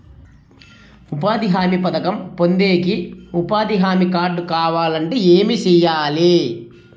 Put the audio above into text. ఉపాధి హామీ పథకం పొందేకి ఉపాధి హామీ కార్డు కావాలంటే ఏమి సెయ్యాలి?